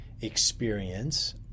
experience